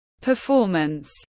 performance